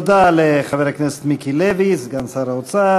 תודה לחבר הכנסת מיקי לוי, סגן שר האוצר.